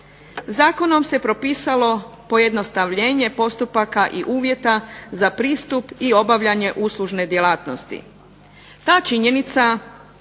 Zakonom se propisalo pojednostavljenje postupaka i uvjeta za pristup i obavljanje uslužne djelatnosti. Ta činjenica